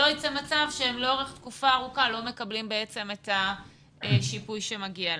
שלא יצא מצב שהם לאורך תקופה ארוכה לא מקבלים את השיפוי שמגיע להם.